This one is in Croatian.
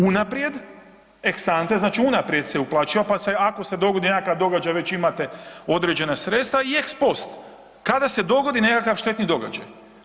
Unaprijed, ex ante, znači unaprijed se uplaćuje, pa se ako se dogodi nekakav događaj već imate određena sredstva i ex post, kada se dogodi nekakav štetni događaj.